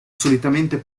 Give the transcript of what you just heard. solitamente